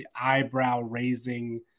eyebrow-raising